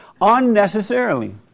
Unnecessarily